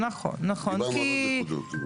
דיברנו על עוד נקודות.